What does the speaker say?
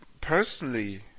Personally